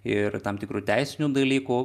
ir tam tikrų teisinių dalykų